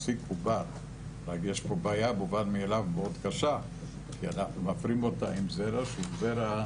אבל יש כאן בעיה מאוד קשה שאנחנו מפרים אותה עם זרע שהוא זרע